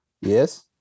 Yes